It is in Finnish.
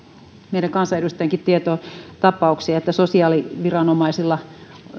meidän kansanedustajienkin tietoon tapauksia että sosiaaliviranomaisilla